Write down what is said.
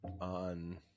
on